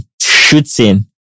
shooting